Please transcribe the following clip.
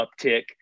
uptick